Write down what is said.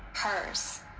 hers.